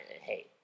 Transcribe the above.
hey